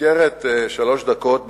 במסגרת שלוש דקות במליאה,